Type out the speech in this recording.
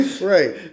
right